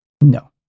No